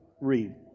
read